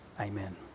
Amen